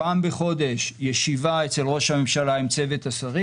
פעם בחודש ישיבה אצל ראש הממשלה עם צוות השרים